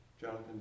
Jonathan